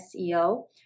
SEO